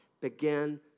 began